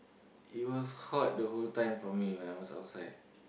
it was hot the whole time for me when I was outside